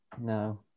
No